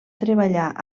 treballar